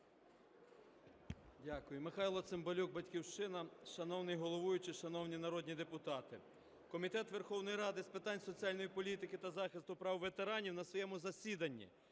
Дякую. Михайло Цимбалюк, "Батьківщина". Шановний головуючий, шановні народні депутати! Комітет Верховної Ради з питань соціальної політики та захисту прав ветеранів на своєму засіданні